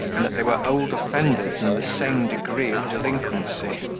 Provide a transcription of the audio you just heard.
and that they were old offenders in the same degree of delinquency.